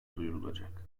duyurulacak